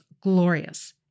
glorious